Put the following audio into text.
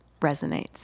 resonates